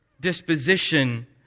disposition